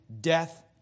Death